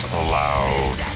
allowed